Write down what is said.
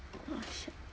!wah! shag